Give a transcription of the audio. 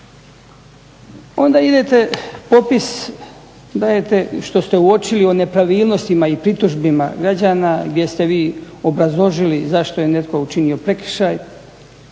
Onda idete popis dajete što ste uočili o nepravilnostima i pritužbama građana gdje ste vi obrazložili zašto je netko učinio prekršaj.